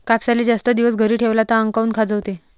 कापसाले जास्त दिवस घरी ठेवला त आंग काऊन खाजवते?